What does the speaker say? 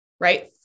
right